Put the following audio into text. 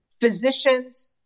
physicians